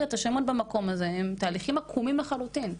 את השמות במקום הזה הם תהליכים עקומים לחלוטין.